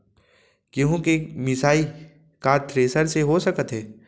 गेहूँ के मिसाई का थ्रेसर से हो सकत हे?